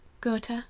Goethe